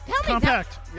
Compact